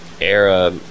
era